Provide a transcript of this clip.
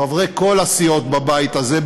חברי כל הסיעות בבית הזה,